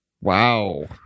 Wow